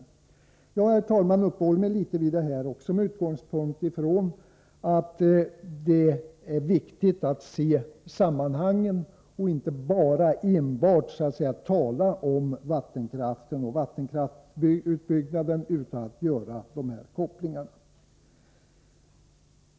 Jag har, herr talman, uppehållit mig vid detta också med den utgångspunkten att det är viktigt att se sammanhangen och inte bara tala om vattenkraften och vattenkraftsutbyggnaden utan att göra dessa kopplingar.